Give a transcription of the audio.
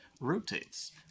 rotates